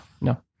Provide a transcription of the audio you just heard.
No